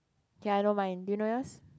K I don't mind do you know yours